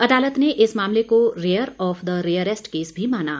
अदालत ने इस मामले को rare of the rarest case भी माना